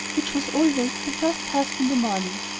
which was always her first task in the morning.